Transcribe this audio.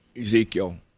Ezekiel